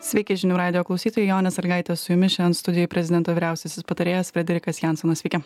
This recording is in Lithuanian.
sveiki žinių radijo klausytojai jonė sąlygaitė su jumis šen studijoj prezidento vyriausiasis patarėjas frederikas jansonas sveiki